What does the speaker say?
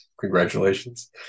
Congratulations